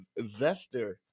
Zester